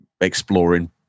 exploring